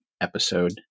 episode